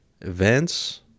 events